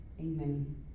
amen